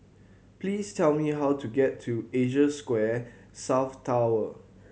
please tell me how to get to Asia Square South Tower